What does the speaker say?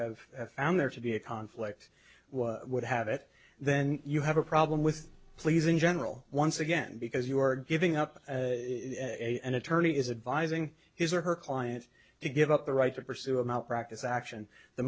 have found there to be a conflict would have it then you have a problem with pleas in general once again because you are giving up an attorney is advise ing his or her client to give up the right to pursue a malpractise action the